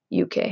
UK